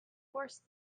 forced